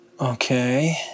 Okay